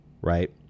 right